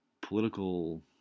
political